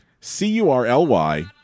C-U-R-L-Y